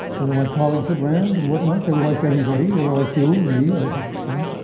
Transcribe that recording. they were my colleagues at rand and whatnot. they were like everybody. there were like you and me, i would have to say.